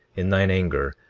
in thine anger,